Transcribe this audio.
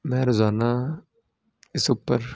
ਮੈਂ ਰੋਜ਼ਾਨਾ ਇਸ ਉੱਪਰ